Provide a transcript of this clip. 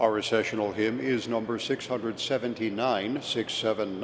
our recession or him is number six hundred seventy nine six seven